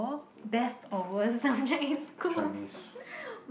Chinese